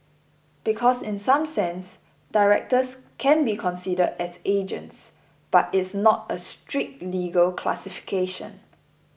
because in some sense directors can be considered as agents but it's not a strict legal classification